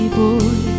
boy